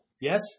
yes